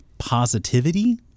Positivity